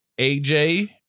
AJ